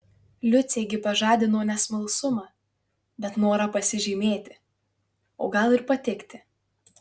liucė gi pažadino ne smalsumą bet norą pasižymėti o gal ir patikti